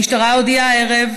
המשטרה הודיעה הערב,